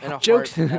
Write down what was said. Joke's